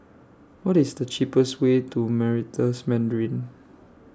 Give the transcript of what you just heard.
What IS The cheapest Way to Meritus Mandarin